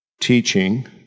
teaching